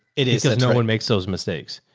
it is no one makes those mistakes,